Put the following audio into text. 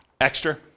Extra